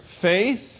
Faith